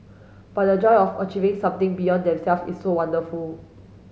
but the joy of achieving something beyond them self is so wonderful